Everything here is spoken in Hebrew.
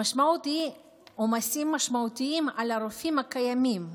המשמעות היא עומסים משמעותיים על הרופאים הקיימים,